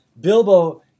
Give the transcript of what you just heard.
Bilbo